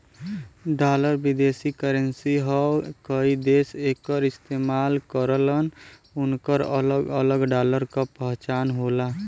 dollar विदेशी currency हौ कई देश एकर इस्तेमाल करलन उनकर अलग अलग डॉलर क पहचान होला